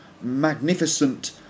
magnificent